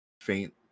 faint